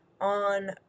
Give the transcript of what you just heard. on